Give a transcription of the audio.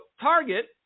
Target